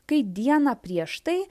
kai dieną prieš tai